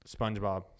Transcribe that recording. spongebob